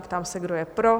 Ptám se, kdo je pro?